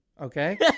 okay